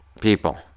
people